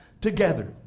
together